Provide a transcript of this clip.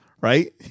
right